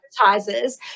advertisers